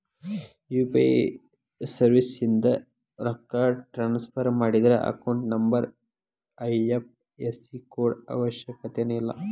UPI ಸರ್ವಿಸ್ಯಿಂದ ರೊಕ್ಕ transfer ಮಾಡಿದ್ರ ಅಕೌಂಟ್ ನಂಬರ್ ಐ.ಎಫ್.ಎಸ್.ಸಿ ಕೋಡ್ ಅವಶ್ಯಕತೆನ ಇಲ್ಲ